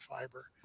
fiber